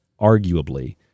arguably